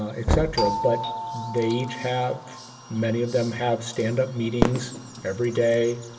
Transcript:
ah etc, but they each have many of them have standup meetings every day,